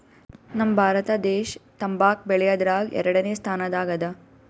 ನಮ್ ಭಾರತ ದೇಶ್ ತಂಬಾಕ್ ಬೆಳ್ಯಾದ್ರಗ್ ಎರಡನೇ ಸ್ತಾನದಾಗ್ ಅದಾ